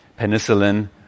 penicillin